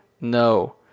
No